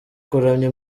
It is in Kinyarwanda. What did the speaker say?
kuramya